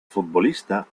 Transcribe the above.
futbolista